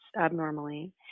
abnormally